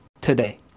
today